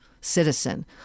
citizen